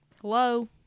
Hello